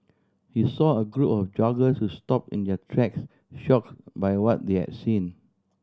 he saw a group of joggers who stopped in their tracks shocked by what they had seen